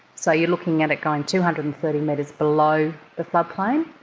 so you're looking at it going two hundred and thirty metres below the floodplain.